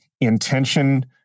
intention